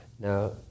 Now